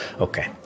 Okay